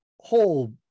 whole